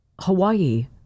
Hawaii